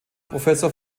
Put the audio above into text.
professor